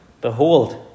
Behold